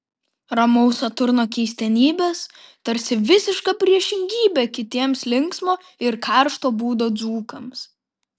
ramaus saturno keistenybės tarsi visiška priešingybė kitiems linksmo ir karšto būdo dzūkams